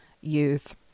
youth